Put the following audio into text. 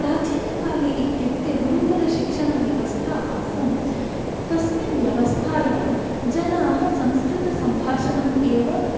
प्राचीनकाले इत्युक्ते गुरुकुलशिक्षणव्यवस्था आसन् तस्मिन् व्यवस्थायां जनाः संस्कृतसम्भाषणम् एव